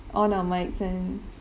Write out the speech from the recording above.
on our microphones and